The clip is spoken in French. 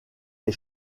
est